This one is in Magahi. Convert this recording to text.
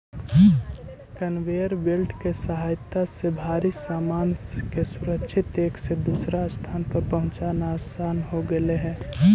कनवेयर बेल्ट के सहायता से भारी सामान के सुरक्षित एक से दूसर स्थान पर पहुँचाना असान हो गेलई हे